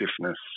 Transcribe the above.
stiffness